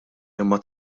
imma